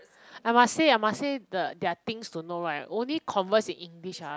I must say I must say the there are things to know right only converse in english ah